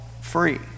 free